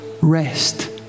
rest